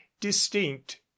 distinct